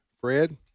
Fred